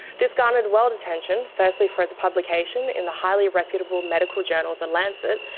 this garnered world attention, firstly for its publication in the highly reputable medical journal the lancet,